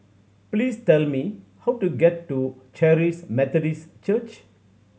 please tell me how to get to Charis Methodist Church